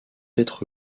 être